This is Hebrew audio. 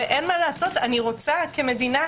אני רוצה כמדינה,